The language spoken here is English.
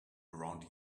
around